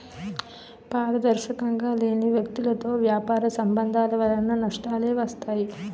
పారదర్శకంగా లేని వ్యక్తులతో వ్యాపార సంబంధాల వలన నష్టాలే వస్తాయి